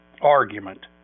argument